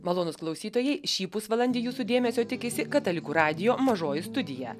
malonūs klausytojai šį pusvalandį jūsų dėmesio tikisi katalikų radijo mažoji studija